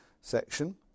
section